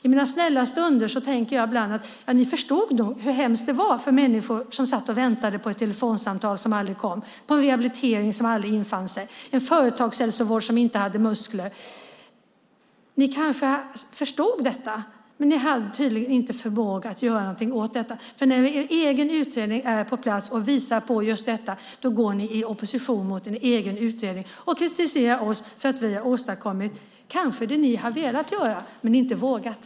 I mina snälla stunder tänker jag ibland att ni nog förstod hur hemskt det var för människor som satt och väntade på ett telefonsamtal som aldrig kom, på en rehabilitering som aldrig infann sig eller hjälp från en företagshälsovård som inte hade muskler. Ni kanske förstod, men ni hade tydligen inte förmåga att göra någonting åt detta. För när er egen utredning är på plats och visar på just detta går ni i opposition mot den och kritiserar oss för att vi har åstadkommit det som ni kanske har velat göra men inte vågat.